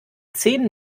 zehn